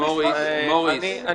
מוריס,